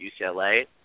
UCLA